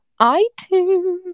iTunes